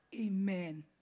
Amen